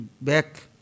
back